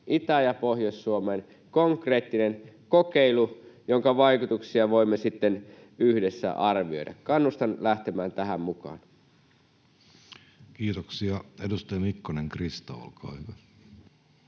Itä- ja Pohjois-Suomen konkreettinen kokeilu, jonka vaikutuksia voimme sitten yhdessä arvioida. Kannustan lähtemään tähän mukaan. [Speech 306] Speaker: Jussi Halla-aho